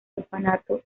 orfanato